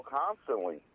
constantly